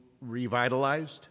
revitalized